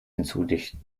hinzudichten